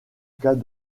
cas